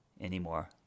anymore